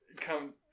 come